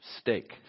steak